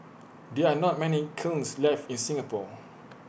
there are not many kilns left in Singapore